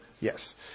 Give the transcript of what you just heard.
yes